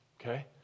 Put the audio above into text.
okay